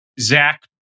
Zach